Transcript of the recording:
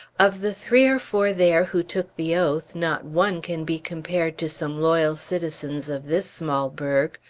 of the three or four there who took the oath, not one can be compared to some loyal citizens of this small burg.